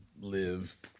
live